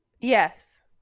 Yes